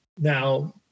Now